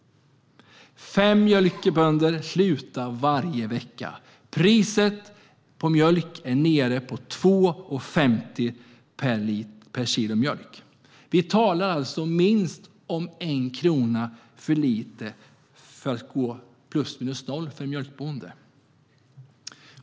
Fem mjölkbönder slutar varje vecka. Priset på mjölk är nere på 2,50 per kilo. Det är minst en krona för lite för att en mjölkbonde ska gå plus minus noll.